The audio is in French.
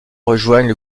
rejoignent